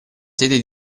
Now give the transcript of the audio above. sete